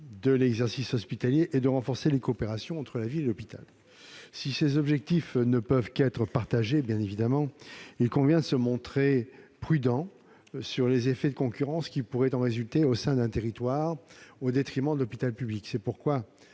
de l'exercice hospitalier et d'amplifier les coopérations entre la ville et l'hôpital. Si ces objectifs ne peuvent qu'être partagés, il convient de se montrer prudent sur les effets de concurrence qui pourraient en résulter au sein d'un territoire, au détriment de l'hôpital public. C'est pourquoi